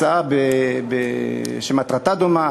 הצעה שמטרתה דומה,